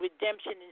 redemption